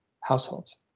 households